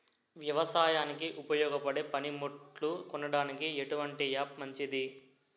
వ్యవసాయానికి ఉపయోగపడే పనిముట్లు కొనడానికి ఎటువంటి యాప్ మంచిది?